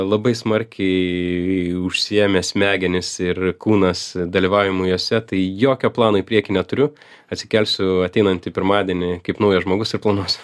labai smarkiai užsiėmi smegenis ir kūnas dalyvavimu juose tai jokio plano į priekį neturiu atsikelsiu ateinantį pirmadienį kaip naujas žmogus ir planuosiu